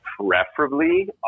Preferably